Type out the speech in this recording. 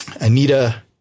Anita